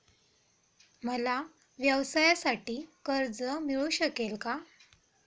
मला व्यवसायासाठी कर्ज मिळू शकेल का?